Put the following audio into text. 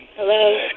Hello